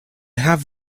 have